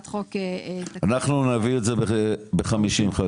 אנחנו נעביר את זה ב-50 ח"כים.